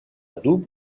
double